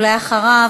ואחריו,